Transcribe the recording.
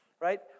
right